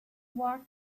walked